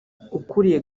ukuriye